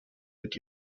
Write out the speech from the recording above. mit